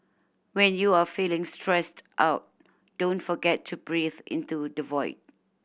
when you are feeling stressed out don't forget to breathe into the void